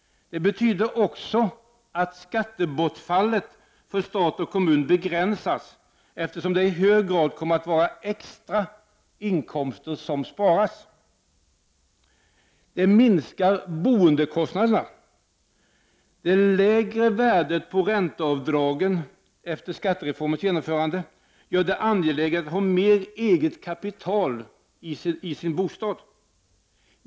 Vidare begränsas skattebortfallet för stat och kommun, eftersom det i hög grad kommer att vara extra inkomster som sparas. — Det minskar boendekostnaden. Det lägre värdet på ränteavdragen efter skattereformens genomförande gör det angeläget att ha med eget kapital i sin bostad.